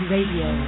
Radio